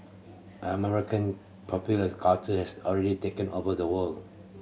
American popular culture has already taken over the world